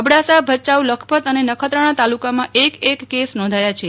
અબડાસા ભયાઉ લખપત અને નખત્રાણા તાલુકામાં એક એક કેસ નોંધાયા છે